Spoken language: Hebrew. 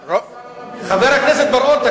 חבר הכנסת בר-און,